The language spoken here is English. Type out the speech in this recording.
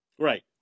right